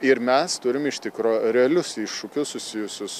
ir mes turim iš tikro realius iššūkius susijusius